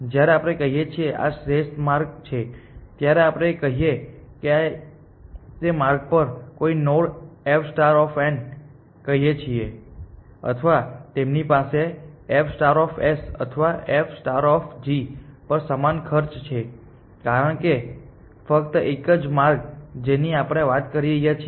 જ્યારે આપણે કહીએ છીએ કે આ શ્રેષ્ઠ માર્ગ છે ત્યારે આપણે કહીએ કે તે માર્ગ પર કોઈ નોડ f કહીએ છીએ અથવા તેમની પાસે f અથવા f પર સમાન ખર્ચ છે કારણ કે તે ફક્ત એક જ માર્ગ છે જેની આપણે વાત કરી રહ્યા છીએ